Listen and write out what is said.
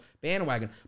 bandwagon